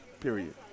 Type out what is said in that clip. period